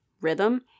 rhythm